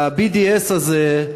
ה-BDS הזה,